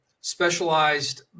specialized